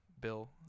Bill